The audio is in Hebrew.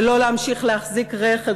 ולא להמשיך להחזיק רכב,